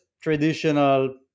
traditional